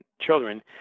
children